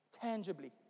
tangibly